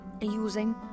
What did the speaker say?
using